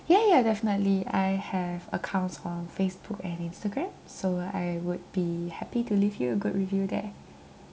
ya ya definitely I have accounts on Facebook and Instagram so uh I would be happy to leave you a good review there